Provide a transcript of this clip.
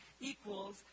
equals